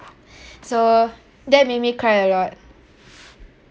so that made me cry a lot